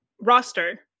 roster